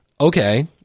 okay